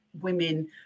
women